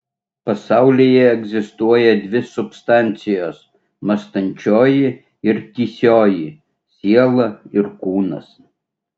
pasaulyje egzistuoja dvi substancijos mąstančioji ir tįsioji siela ir kūnas